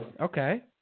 Okay